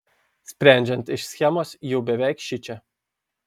sprendžiant iš schemos jau beveik šičia